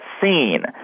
seen